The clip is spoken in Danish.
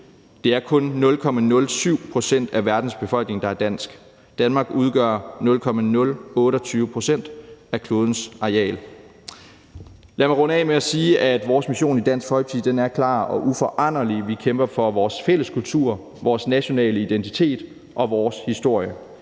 Det er kun 0,07 pct. af verdens befolkning, der er dansk, og Danmark udgør 0,028 pct. af klodens areal. Lad mig runde af med at sige, at vores mission i Dansk Folkeparti er klar og uforanderlig: Vi kæmper for vores fælles kultur, vores nationale identitet og vores historie.